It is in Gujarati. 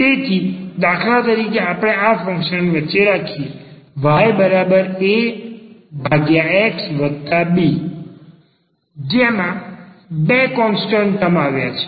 તેથી દાખલા તરીકે આપણે આ ફંક્શનને વચ્ચે રાખીને yAxB જેમાં બે કોન્સટન્ટ ટર્મ આવેલા હોય છે